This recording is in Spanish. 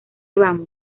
vamos